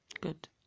good